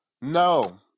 No